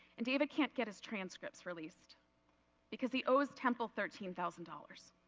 and david can't get his transcripts released because he owes temple thirteen thousand dollars